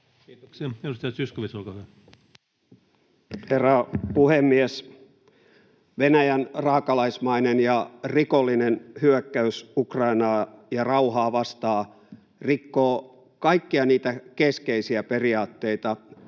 toiminnasta vuonna 2021 Time: 14:34 Content: Herra puhemies! Venäjän raakalaismainen ja rikollinen hyökkäys Ukrainaa ja rauhaa vastaan rikkoo kaikkia niitä keskeisiä periaatteita,